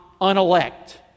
unelect